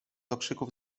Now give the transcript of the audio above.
okrzyków